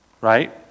right